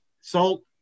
salt